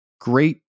great